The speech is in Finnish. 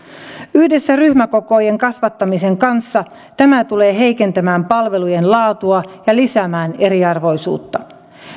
yhdessä ryhmäkokojen kasvattamisen kanssa tämä tulee heikentämään palvelujen laatua ja lisäämään eriarvoisuutta